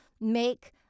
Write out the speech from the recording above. make